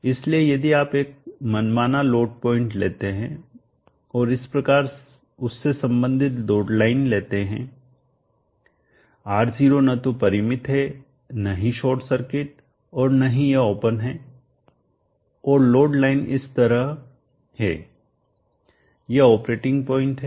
इसलिए यदि आप एक मनमाना लोड पॉइंट लेते हैं और इस प्रकार उससे संबंधित लोड लाइन लेते हैं R0 न तो परिमित है न ही शॉर्ट सर्किट और न ही यह ओपन है और लोड लाइन इस तरह है यह ऑपरेटिंग पॉइंट है